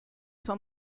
sua